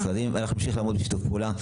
אנחנו נמשיך לעמוד בשיתוף פעולה.